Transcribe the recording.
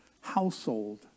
household